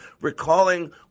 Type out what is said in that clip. Recalling